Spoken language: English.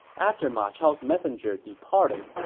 after ma chao's messenger departed,